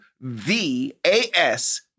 V-A-S